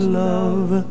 love